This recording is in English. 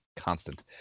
constant